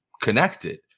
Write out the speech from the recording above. connected